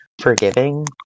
forgiving